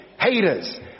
Haters